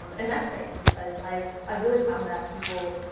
um and that's nice, because i've i've really found that people